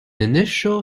initial